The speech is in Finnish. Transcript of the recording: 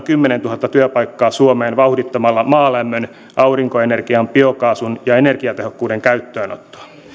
kymmenentuhatta työpaikkaa suomeen vauhdittamalla maalämmön aurinkoenergian biokaasun ja energiatehokkuuden käyttöönottoa